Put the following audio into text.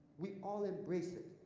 we all embrace it,